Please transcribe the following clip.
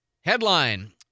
Headline